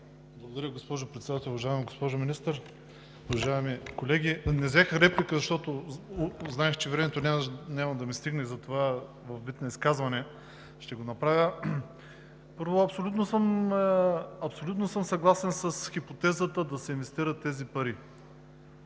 Благодаря, госпожо Председател. Уважаема госпожо Министър, уважаеми колеги! Не взех реплика, защото знаех, че времето няма да ми стигне, затова ще го направя във вид на изказване. Първо, абсолютно съм съгласен с хипотезата да се инвестират тези пари,